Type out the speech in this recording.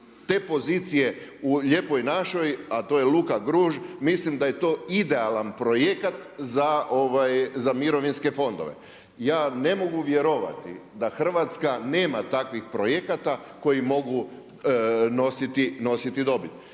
te pozicije u lijepoj našoj, a to je Luka Gruž, mislim da je to idealan projekat za mirovinske fondove. Ja ne mogu vjerovati da Hrvatska nema takvih projekata koji mogu nositi dobit.